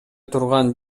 турган